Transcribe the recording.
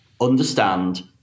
understand